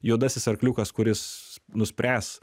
juodasis arkliukas kuris nuspręs